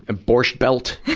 ah borsht belt,